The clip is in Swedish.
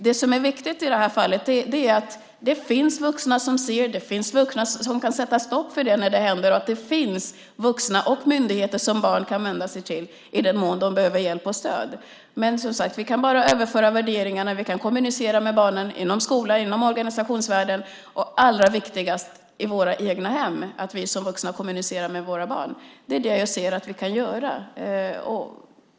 Det som är viktigt i det här fallet är att det finns vuxna som ser, att det finns vuxna som kan sätta stopp när det händer och att det finns vuxna och myndigheter som barn kan vända sig till i den mån de behöver hjälp och stöd. Men, som sagt, vi kan bara överföra värderingar när vi kan kommunicera med barnen inom skolan, inom organisationsvärlden och allra viktigast i våra egna hem. Vi som vuxna måste kommunicera med våra barn. Det är det jag ser att vi kan göra.